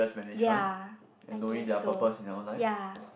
ya I guess so ya